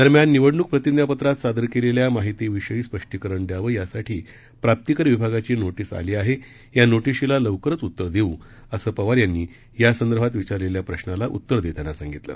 दरम्यान निवडणूक प्रतिज्ञापत्रात सादर केलेल्या माहितीविषयी स्पष्टीकरण द्यावं यासाठी प्राप्तिकर विभागाची नोटीस आली आहे या नोटीशीला लवकरच उत्तर देऊ असं पवार यांनी यासंदर्भात विचारलेल्या प्रश्नाला उत्तर देताना सांगितलं